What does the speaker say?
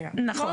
נכון.